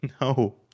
No